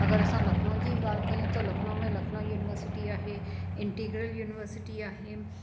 अगरि असां लखनऊ जी ॻाल्हि कयूं त लखनऊ में लखनऊ यूनिवर्सिटी आहे इंटीगरल यूनिवर्सिटी आहे